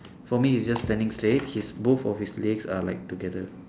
for me he's just standing straight his both of his legs are like together